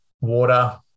water